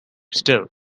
still